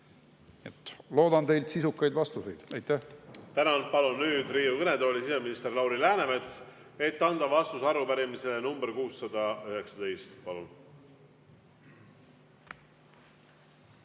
Loodan teilt sisukaid vastuseid. Aitäh!